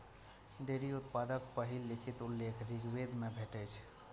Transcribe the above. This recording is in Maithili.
डेयरी उत्पादक पहिल लिखित उल्लेख ऋग्वेद मे भेटै छै